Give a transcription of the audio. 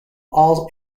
all